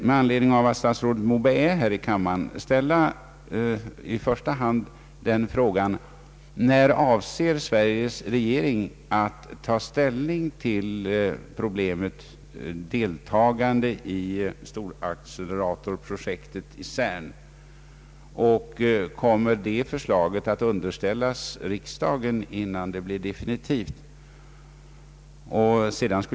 Med anledning av att statsrådet Moberg befinner sig i kammaren vill jag i första hand ställa frågan: När avser Sveriges regering att ta ställning till problemet om deltagande i storacceleratorprojektet i CERN? Kommer frågan att underställas riksdagen innan rege ringen definitivt tar ställning?